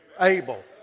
able